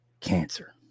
cancer